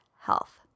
health